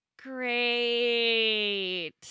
Great